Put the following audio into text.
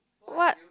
what